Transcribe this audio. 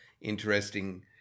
interesting